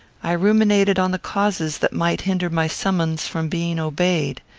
i ruminated on the causes that might hinder my summons from being obeyed.